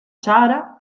ċara